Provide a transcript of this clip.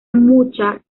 mucha